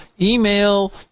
email